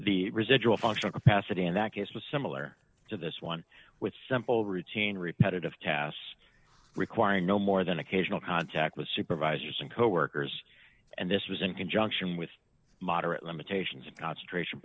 the residual functional capacity in that case was similar to this one with simple routine repetitive tasks requiring no more than occasional contact with supervisors and coworkers and this was in conjunction with moderate limitations and concentration